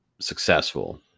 successful